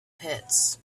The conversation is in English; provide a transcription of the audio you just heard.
pits